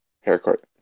haircut